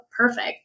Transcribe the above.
perfect